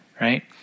right